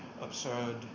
absurd